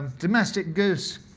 domestic goose,